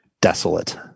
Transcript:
desolate